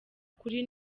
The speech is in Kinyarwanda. kuri